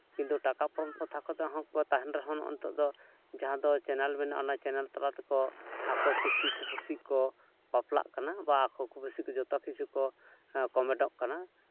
ᱠᱤᱱᱛᱩ ᱴᱟᱠᱟ ᱯᱚᱱ ᱯᱨᱚᱛᱷᱟ ᱠᱟᱛᱮᱜ ᱦᱚᱸ ᱛᱟᱦᱮᱱ ᱨᱮᱦᱚᱸ ᱱᱤᱛᱚᱜ ᱫᱚ ᱡᱟᱦᱟᱸ ᱫᱚ ᱪᱮᱱᱮᱞ ᱢᱮᱱᱟᱜᱼᱟ ᱚᱱᱟ ᱪᱮᱱᱮᱞ ᱛᱟᱞᱟ ᱛᱮᱠᱚ ᱟᱠᱚ ᱠᱩᱥᱤ ᱠᱚ ᱠᱩᱥᱤ ᱠᱚ ᱵᱟᱯᱞᱟᱜ ᱵᱟ ᱟᱠᱚ ᱠᱩᱥᱤᱛᱮ ᱡᱚᱛᱚ ᱠᱤᱪᱷᱩ ᱠᱚ ᱠᱚᱢᱮᱴᱚᱜ ᱠᱟᱱᱟ